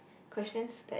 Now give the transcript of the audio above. questions that